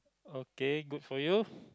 okay good for you